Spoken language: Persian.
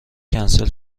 کنسل